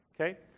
okay